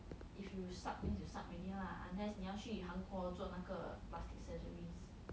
if you suck means you suck already lah unless 你要去韩国做那个 plastic surgeries